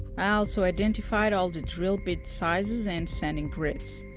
i also identified all the drill bit sizes and sanding grits.